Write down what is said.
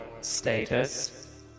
status